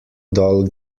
dull